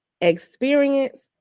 experience